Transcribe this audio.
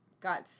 got